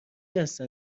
هستن